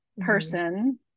person